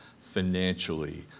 financially